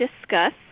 discuss